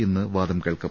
ഇന്ന് വാദം കേൾക്കും